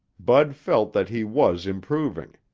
bud felt that he was improving.